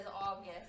August